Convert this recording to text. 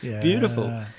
Beautiful